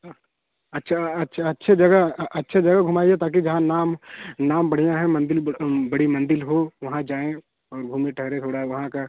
हाँ अच्छा अच्छा अच्छी जगह अच्छी जगह घुमाइए ताकि जहाँ नाम नाम बढ़िया है मंदिर बड़ी मंदिर हो वहाँ जाएँ और घूमें टहलें थोड़ा वहाँ का